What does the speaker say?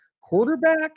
quarterback